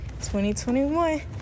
2021